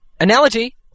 Analogy